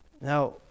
Now